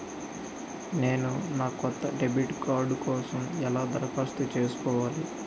నేను నా కొత్త డెబిట్ కార్డ్ కోసం ఎలా దరఖాస్తు చేసుకోవాలి?